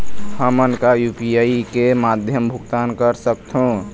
हमन का यू.पी.आई के माध्यम भुगतान कर सकथों?